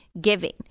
giving